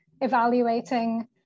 evaluating